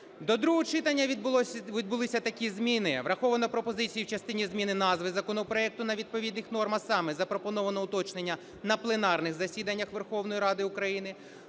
До другого читання відбулись такі зміни. Враховано пропозицію в частині зміни назви законопроекту відповідних норм, а саме: запропоновано уточнення "на пленарних засіданнях Верховної Ради України".